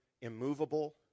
immovable